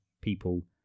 people